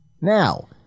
Now